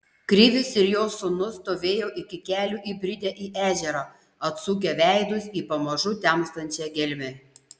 krivis ir jo sūnus stovėjo iki kelių įbridę į ežerą atsukę veidus į pamažu temstančią gelmę